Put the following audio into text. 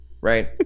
right